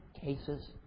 cases